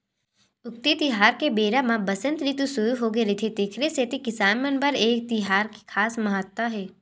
उक्ती तिहार के बेरा म बसंत रितु सुरू होगे रहिथे तेखर सेती किसान मन बर ए तिहार के खास महत्ता हे